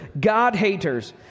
God-haters